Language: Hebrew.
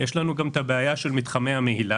יש לנו גם בעיה של מתחמי המהילה.